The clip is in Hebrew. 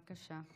בבקשה.